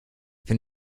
wenn